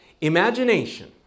Imagination